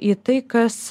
į tai kas